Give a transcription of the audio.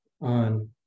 on